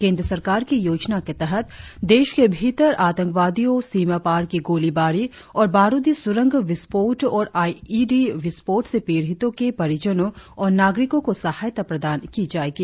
केंद्र सरकार की योजना के तहत देश के भीतर आतंकवादियों सीमापार की गोलीबारी और बारुदी सुरंग विस्फोट और आईडी विस्फोट से पीड़ितो के परिजनों और नागरिकों को सहायता प्रदान की जाएगी